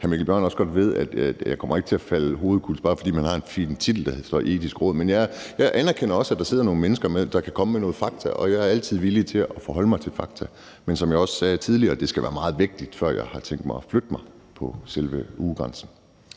hr. Mikkel Bjørn også godt ved, at jeg ikke kommer til at falde på halen, bare fordi man har en fin titel, der så hedder Det Etiske Råd? Men jeg anerkender også, at der sidder nogle mennesker, der kan komme med noget fakta, og jeg er altid villig til at forholde mig til fakta. Men som jeg også sagde tidligere, skal det være meget vigtigt, før jeg har tænkt mig at flytte mig i forhold til selve ugegrænsen.